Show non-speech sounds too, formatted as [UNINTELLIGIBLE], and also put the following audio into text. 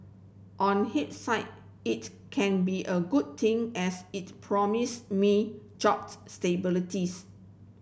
on [UNINTELLIGIBLE] it can be a good thing as it promise me job [UNINTELLIGIBLE]